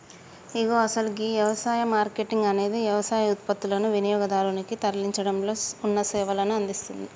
ఇగో అసలు గీ యవసాయ మార్కేటింగ్ అనేది యవసాయ ఉత్పత్తులనుని వినియోగదారునికి తరలించడంలో ఉన్న సేవలను అందిస్తుంది